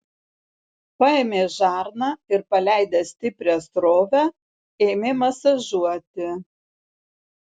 paėmė žarną ir paleidęs stiprią srovę ėmė masažuoti